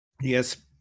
Yes